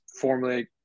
formally